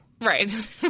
Right